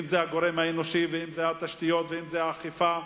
אם הגורם האנושי, אם התשתיות ואם האכיפה,